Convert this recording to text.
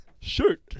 Shirt